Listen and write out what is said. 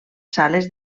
sales